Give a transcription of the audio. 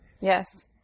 Yes